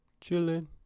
chilling